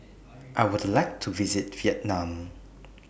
I Would like to visit Vietnam